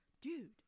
Dude